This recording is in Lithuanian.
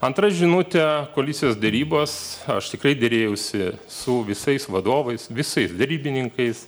antra žinutė koalicijos derybos aš tikrai derėjausi su visais vadovais visais derybininkais